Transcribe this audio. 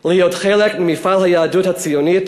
להיות חלק ממפעל היהדות הציונית,